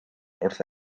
wrth